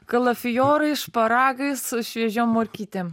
kalafijorai šparagai su šviežiom morkytėm